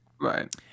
Right